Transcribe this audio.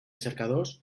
cercadors